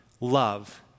love